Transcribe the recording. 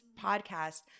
podcast